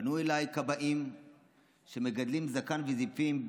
פנו אליי כבאים שמגדלים זקן וזיפים,